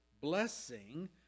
blessing